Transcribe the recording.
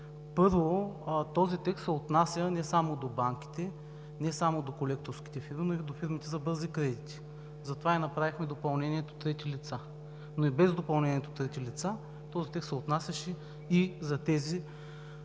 Първо, този текст се отнася не само до банките, не само до колекторските фирми, но и до фирмите за бързи кредити. Затова и направихме допълнението „трети лица“, но и без допълнението „трети лица“ този текст се отнасяше и за тези